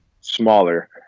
smaller